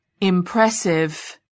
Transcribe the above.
Impressive